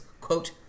quote